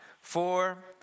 four